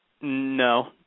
No